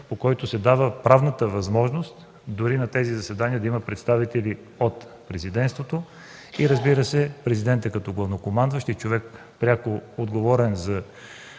по който се дава правната възможност на тези заседания да има представители от президентството и Президентът като главнокомандващ на страната и човек пряко отговорен за